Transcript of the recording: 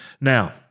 Now